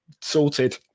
sorted